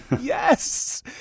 Yes